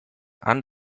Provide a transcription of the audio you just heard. and